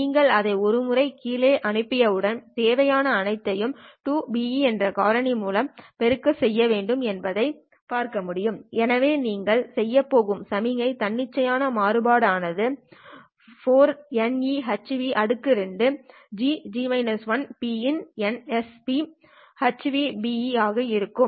நீங்கள் அதை ஒரு முறை கீழே அனுப்பியவுடன் தேவையான அனைத்தையும் 2Be என்ற காரணி மூலம் பெருக்க செய்ய வேண்டும் என்பதை பார்க்க முடியும் எனவே நீங்கள் செய்யப் போகும் சமிக்ஞை தன்னிச்சையான மாறுபாடு ஆனது 4ηehν2 GPin nsphvBe ஆக இருக்கும்